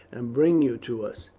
and bring you to us.